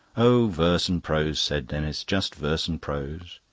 oh, verse and prose, said denis just verse and prose.